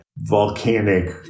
volcanic